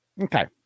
Okay